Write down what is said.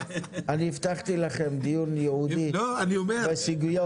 אני הבטחתי לכם דיון ייעודי בסוגיות --- לא,